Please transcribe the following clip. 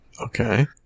Okay